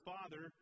Father